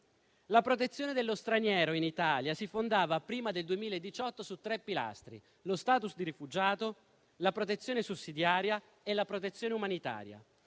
La protezione dello straniero in Italia si fondava prima del 2018 su tre pilastri: lo *status* di rifugiato, la protezione sussidiaria e la protezione umanitaria.